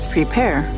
Prepare